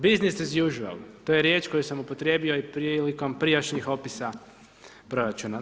Business is usual to je riječ koju sam upotrijebio i prilikom prijašnjih opisa proračuna.